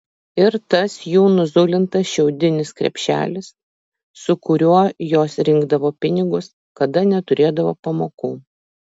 ir tas jų nuzulintas šiaudinis krepšelis su kuriuo jos rinkdavo pinigus kada neturėdavo pamokų